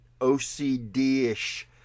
OCD-ish